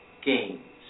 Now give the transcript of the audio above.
Games